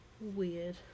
weird